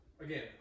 again